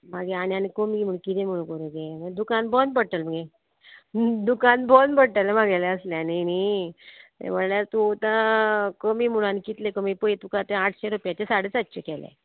मागीर आनी आनी कमी म्हूण किदें म्हूण कोरूं गे दुकान बंद पडटलें मगे दुकान बंद पडटलें म्हागेलें आसल्यानी न्ही तें म्हळ्यार तूं आतां कमी म्हुणून आनी कितलें कमी पय तुका तें आठशें रुपयाचें साडे सातशें केलें